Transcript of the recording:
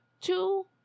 Two